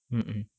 mm mm